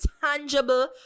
tangible